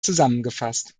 zusammengefasst